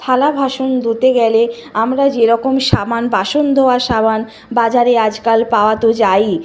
থালা বাসন ধুতে গেলে আমরা যেরকম সাবান বাসন ধোওয়ার সাবান বাজারে আজকাল পাওয়া তো যায়ই